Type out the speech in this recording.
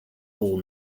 all